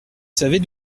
savez